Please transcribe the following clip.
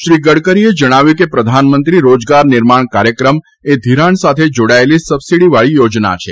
શ્રી ગડકરીએ જણાવ્યું કે પ્રધાનમંત્રી રોજગાર નિર્માણ કાર્યક્રમ એ ધિરાણ સાથે જાડાયેલો સબસીડીવાળી યોજના છે